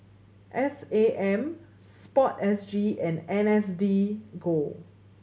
S A M SPORTSG and N S D go